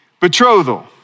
Betrothal